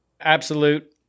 Absolute